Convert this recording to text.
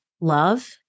love